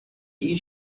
این